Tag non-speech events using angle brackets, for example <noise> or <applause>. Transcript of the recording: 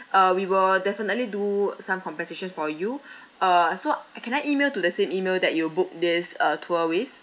uh we will definitely do some compensation for you <breath> uh so uh I can I email to the same email that you booked this uh tour with